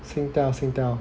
Singtel Singtel